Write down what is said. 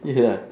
ya